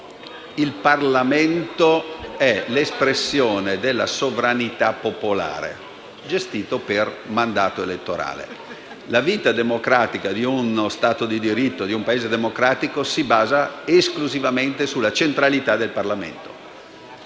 Il Parlamento è l'espressione della sovranità popolare, gestito per mandato elettorale. La vita democratica di uno Stato di diritto e di un Paese democratico si basa esclusivamente sulla centralità del Parlamento.